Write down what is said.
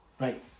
Right